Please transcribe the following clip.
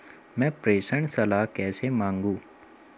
मैं प्रेषण सलाह कैसे मांगूं?